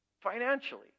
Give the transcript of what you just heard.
financially